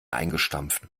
eingestampft